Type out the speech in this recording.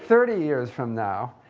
thirty years from now.